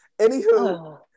Anywho